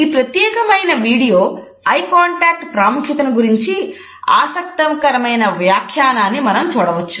ఈ ప్రత్యేకమైన చిత్రం ప్రాముఖ్యతను గురించి ఆసక్తికరమైన వ్యాఖ్యానాన్ని మనం చూడవచ్చు